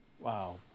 Wow